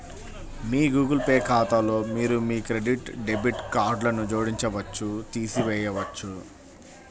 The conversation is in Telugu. మీ గూగుల్ పే ఖాతాలో మీరు మీ క్రెడిట్, డెబిట్ కార్డ్లను జోడించవచ్చు, తీసివేయవచ్చు